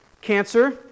Cancer